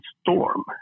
storm